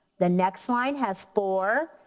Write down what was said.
the next line has four,